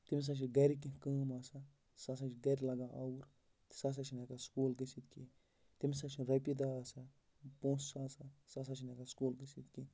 تٔمِس ہَسا چھِ گَرِ کینٛہہ کٲم آسان سُہ ہَسا چھِ گَرِ لَگان آوُر سُہ ہَسا چھِنہٕ ہٮ۪کان سکوٗل گٔژھِتھ کینٛہہ تٔمِس ہَسا چھِنہٕ رۄپیہِ دَہ آسان پونٛسہٕ چھُ آسان سُہ ہَسا چھِنہٕ ہٮ۪کان سکوٗل گٔژِھتھ کینٛہہ